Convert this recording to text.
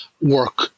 work